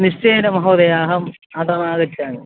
निश्चयेन महोदय अहम् आगच्छामि